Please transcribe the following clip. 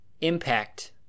impact